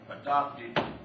adopted